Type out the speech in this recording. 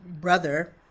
brother